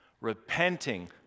Repenting